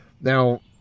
Now